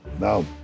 now